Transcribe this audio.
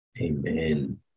Amen